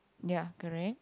ya correct